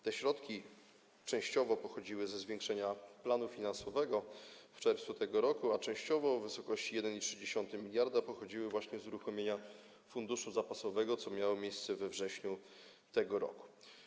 Te środki częściowo pochodziły ze zwiększenia planu finansowego w czerwcu tego roku, a częściowo, w wysokości 1,3 mld, pochodziły właśnie z uruchomienia funduszu zapasowego, co miało miejsce we wrześniu tego roku.